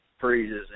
freezes